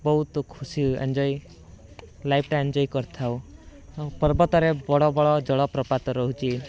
ବହୁତ ଖୁସି ଏନ୍ଜୟ ଲାଇଫ୍ଟା ଏନ୍ଜୟ କରିଥାଉ ପର୍ବତରେ ବଡ଼ ବଡ଼ ଜଳ ପ୍ରପାତ ରହୁଛି